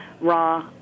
raw